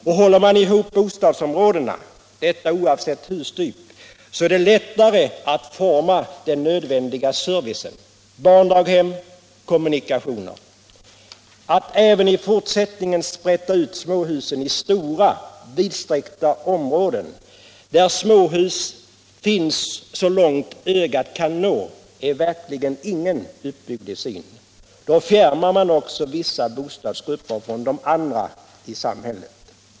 Och håller man ihop bostadsområdena — detta oavsett hustyp — är det lättare att forma den nödvändiga servicen, barndaghem, kommunikationer etc. Om man sprätter ut småhusen i stora, vidsträckta områden, där småhus finns så långt ögat kan nå, åstadkommer man verkligen ingen uppbygglig syn. Så får vi inte fortsätta! Gör vi det fjärmar vi också vissa bostadsgrupper från de andra i samhället.